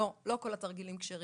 לא, לא כל התרגילים כשרים.